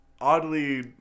oddly